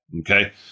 okay